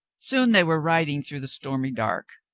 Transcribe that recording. soon they were riding through the stormy dark,